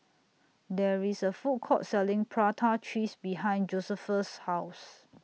There IS A Food Court Selling Prata Cheese behind Josephus' House